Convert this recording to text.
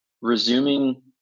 resuming